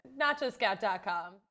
NachoScout.com